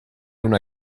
una